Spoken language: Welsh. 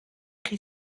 chi